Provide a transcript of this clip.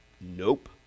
Nope